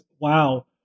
wow